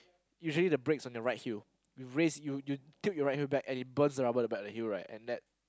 usually the brake's on your right heel you race you tilt you right heel back and it burns the rubber on the back of the heel and that